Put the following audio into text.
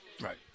Right